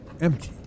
Empty